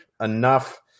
Enough